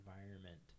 environment